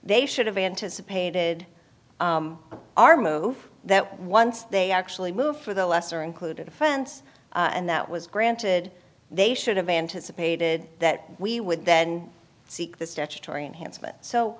they should have anticipated our move that once they actually moved for the lesser included offense and that was granted they should have anticipated that we would then seek the statutory enhancement so